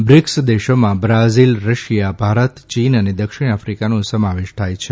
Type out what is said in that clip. BRICS દેશોમાં Brazil Russia Bharat ચીન અને દક્ષિણ આફકાનો સમાવેશ થાય છે